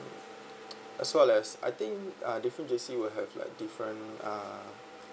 as well as I think uh different JC will have like different uh